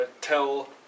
tell